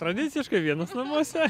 tradiciškai vienas namuose